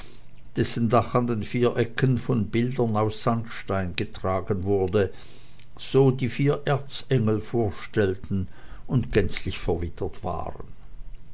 an den vier ecken von bildern aus sandstein getragen wurde so die vier erzengel vorstellten und gänzlich verwittert waren